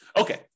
Okay